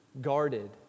guarded